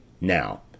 Now